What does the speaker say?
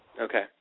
Okay